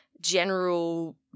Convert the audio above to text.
general